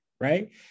Right